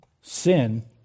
Sin